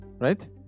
right